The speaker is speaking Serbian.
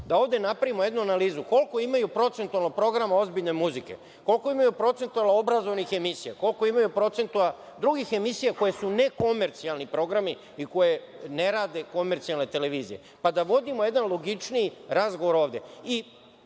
da ovde napravimo jednu analizu – koliko imaju procentualno programa ozbiljne muzike, koliko imaju procentualno obrazovnih emisija, koliko imaju procentualno drugih emisija koje su nekomercijalni programi i koje ne rade komercijalne televizije. Pa da vodimo jedan logičniji razgovor ovde. Jednu